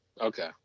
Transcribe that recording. okay